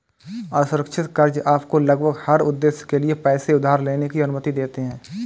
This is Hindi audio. असुरक्षित कर्ज़ आपको लगभग हर उद्देश्य के लिए पैसे उधार लेने की अनुमति देते हैं